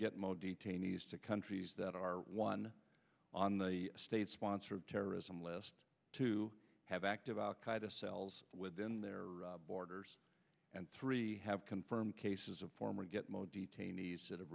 get most detainees to countries that are one on the state sponsored terrorism list to have active al qaeda cells within their borders and three have confirmed cases of former gitmo detainees that have